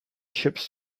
ships